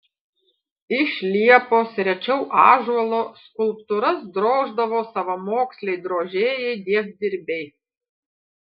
iš liepos rečiau ąžuolo skulptūras droždavo savamoksliai drožėjai dievdirbiai